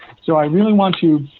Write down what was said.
so i really want to,